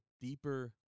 deeper